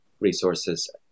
resources